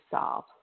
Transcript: solve